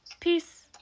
Peace